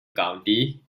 county